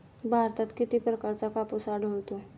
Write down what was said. भारतात किती प्रकारचा कापूस आढळतो?